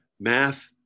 math